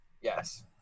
yes